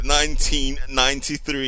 1993